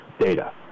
data